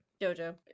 Jojo